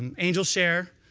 um angel's share